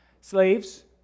Slaves